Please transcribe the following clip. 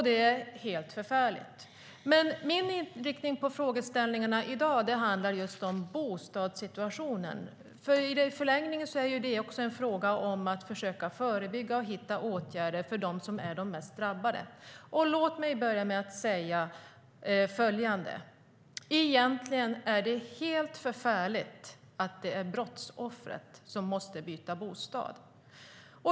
Det är helt förfärligt. STYLEREF Kantrubrik \* MERGEFORMAT Svar på interpellationerLåt mig börja med att säga följande: Det är helt förfärligt att det är brottsoffret som måste byta bostad.